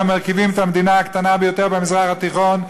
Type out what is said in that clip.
המרכיבים את המדינה הקטנה ביותר במזרח התיכון,